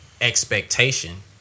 expectation